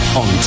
on